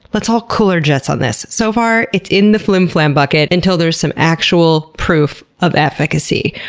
let's all cool our jets on this. so far, it's in the flimflam bucket until there's some actual proof of efficacy.